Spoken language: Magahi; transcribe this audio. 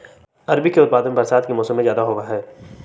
अरबी के उत्पादन बरसात के मौसम में ज्यादा होबा हई